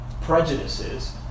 prejudices